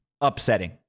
upsetting